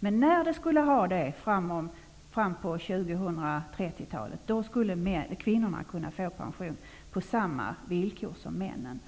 Men när de får det fram på 2030-talet, skulle kvinnorna få pension på samma villkor som männen.